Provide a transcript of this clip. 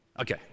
Okay